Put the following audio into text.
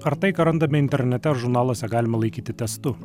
ar tai ką randame internete žurnaluose galima laikyti testu